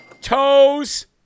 Toes